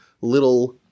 little